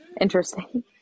Interesting